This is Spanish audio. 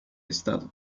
estado